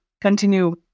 continue